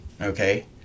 Okay